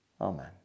Amen